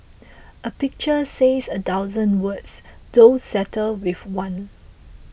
a pictures says a thousand words don't settle with one